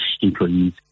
employees